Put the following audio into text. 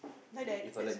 like that that's